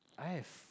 I have